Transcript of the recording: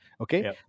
Okay